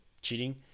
cheating